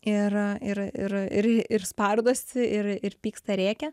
ir ir ir ir spardosi ir ir pyksta rėkia